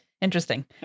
Interesting